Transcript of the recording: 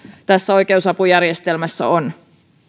tässä oikeusapujärjestelmässä on